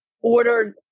ordered